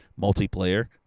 multiplayer